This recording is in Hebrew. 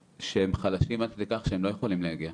שהם חלשים עד כדי כך שהם לא יכולים להגיע.